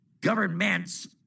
governments